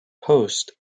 post